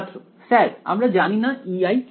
ছাত্র স্যার আমরা জানি না Ei কি